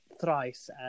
thrice